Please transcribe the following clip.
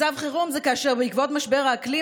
מצב חירום זה כאשר בעקבות משבר האקלים,